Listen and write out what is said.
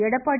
Edappadi